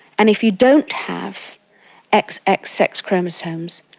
and if you don't have xx xx sex chromosomes,